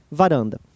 varanda